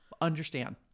Understand